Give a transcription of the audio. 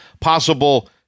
possible